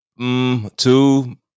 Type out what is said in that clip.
Two